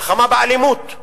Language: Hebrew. מלחמה באלימות.